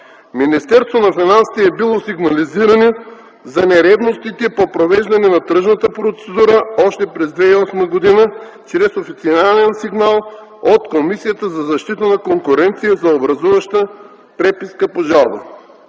Министерството на финансите е било сигнализирано за нередностите по провеждането на тръжната процедура още през 2008 г. чрез официален сигнал от Комисията за защита на конкуренцията за образуваща преписка по жалба.